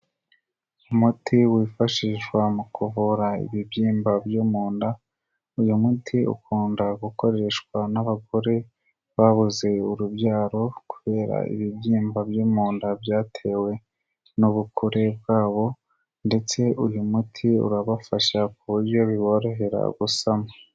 Umuti wifashishwa mu kuvura ibibyimba byo mu nda, uyu muti ukunda gukoreshwa n'abagore babuze urubyaro kubera ibibyimba byo mu nda byatewe n'ubukure bwabo ndetse uyu muti urabafasha ku buryo biborohera gusama.